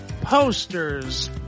posters